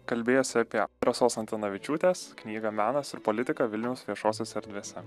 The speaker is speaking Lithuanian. kalbėjosi apie rasos antanavičiūtės knygą menas ir politika vilniaus viešosiose erdvėse